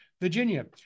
Virginia